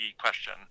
question